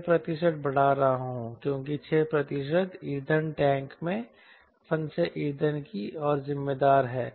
मैं 6 प्रतिशत बढ़ा रहा हूं क्योंकि 6 प्रतिशत ईंधन टैंक में फंसे ईंधन की ओर जिम्मेदार है